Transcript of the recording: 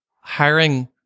hiring